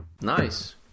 Nice